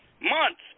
months